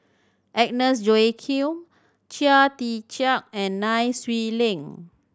Agnes Joaquim Chia Tee Chiak and Nai Swee Leng